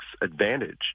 advantage